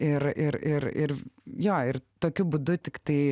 ir ir ir ir jo ir tokiu būdu tiktai